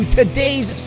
today's